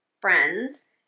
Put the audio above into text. friends